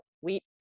wheat